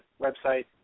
website